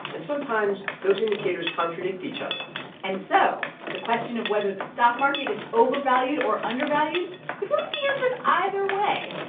and sometimes, those indicators contradict each other and so the question of whether the stock market is overvalued or undervalued could really be answered either way.